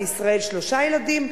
בישראל שלושה ילדים,